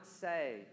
say